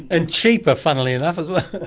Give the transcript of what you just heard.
and cheaper, funnily enough, as well.